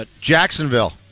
Jacksonville